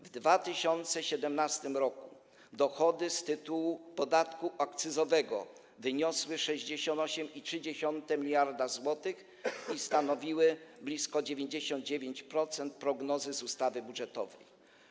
W 2017 r. dochody z tytułu podatku akcyzowego wyniosły 68,3 mld zł i stanowiły blisko 99% prognozy z ustawy budżetowej.